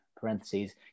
Parentheses